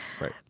Right